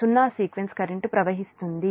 సున్నా sequence current ప్రవహిస్తుంది